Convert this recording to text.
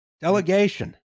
Delegation